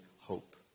hope